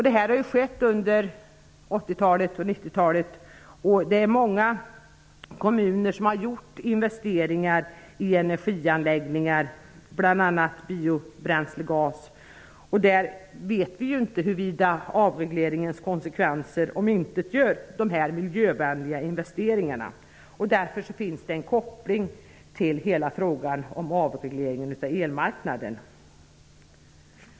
Detta har skett under 80 och 90-talen, då många kommuner har gjort investeringar i energianläggningar bl.a. för biobränslegas. Vi vet inte huruvida avregleringens konsekvenser kommer att omintetgöra dessa miljövänliga investeringar. Det finns här därför också en koppling till hela frågan om avreglering av elmarknaden.